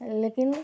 लेकिन